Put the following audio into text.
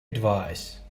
advise